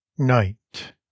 Night